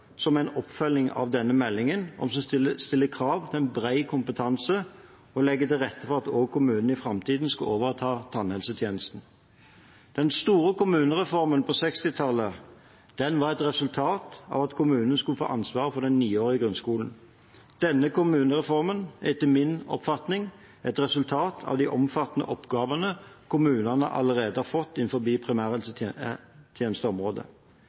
som en oppfølging av denne meldingen, om å stille krav til en bred kompetanse og legge til rette for at kommunene i framtiden skal overta tannhelsetjenesten. Den store kommunereformen på 1960-tallet var et resultat av at kommunene skulle få ansvar for den niårige grunnskolen. Denne kommunereformen er etter min oppfatning et resultat av de omfattende oppgavene kommunene allerede har fått innenfor primærhelsetjenesteområdet.